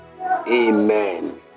amen